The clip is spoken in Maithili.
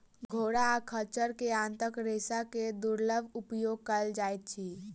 घोड़ा आ खच्चर के आंतक रेशा के दुर्लभ उपयोग कयल जाइत अछि